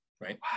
Right